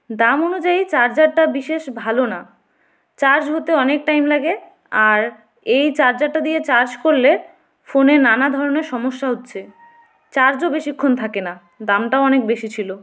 দাম অনুযায়ী চার্জারটা বিশেষ ভালো না চার্জ হতে অনেক টাইম লাগে আর এই চার্জারটা দিয়ে চার্জ করলে ফোনে নানা ধরনের সমস্যা হচ্ছে চার্জও বেশিক্ষণ থাকে না দামটাও অনেক বেশি ছিল